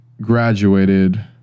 graduated